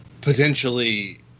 potentially